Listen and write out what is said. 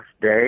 day